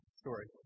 story